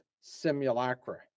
simulacra